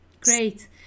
Great